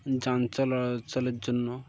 যান চলাচলের জন্য